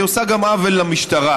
והיא עושה עוול גם למשטרה,